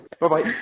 Bye-bye